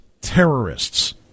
terrorists